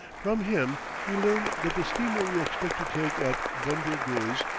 from him we learn that the steamer we expect to take at bunder guz,